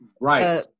Right